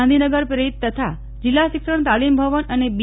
ગાંધીનગર પ્રેરિત તથા જિલ્લા શિક્ષણ તાલીમ ભવન અને બી